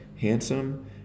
handsome